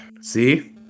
see